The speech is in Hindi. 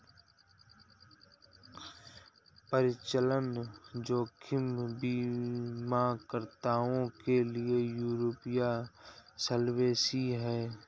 परिचालन जोखिम बीमाकर्ताओं के लिए यूरोपीय सॉल्वेंसी है